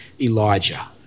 Elijah